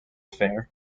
fair